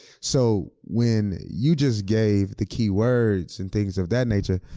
so when you just gave the keywords and things of that nature,